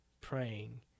praying